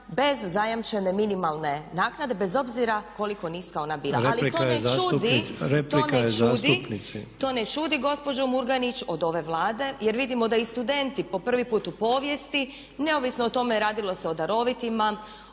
ne čudi… …/Upadica Sanader: Replika je zastupnici, replika je zastupnici./… … To ne čudi gospođo Murganić od ove Vlade jer vidimo da i studenti po prvi put u povijesti, neovisno o tome radilo se o darovitima,